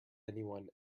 anyone